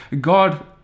God